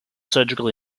surgical